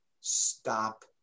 stop